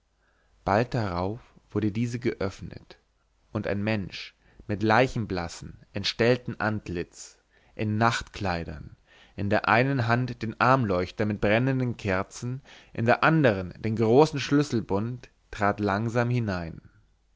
bald darauf wurde diese geöffnet und ein mensch mit leichenblassem entstellten antlitz in nachtkleidern in der einen hand den armleuchter mit brennenden kerzen in der andern den großen schlüsselbund trat langsam hinein